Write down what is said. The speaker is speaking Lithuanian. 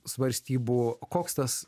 svarstybų koks tas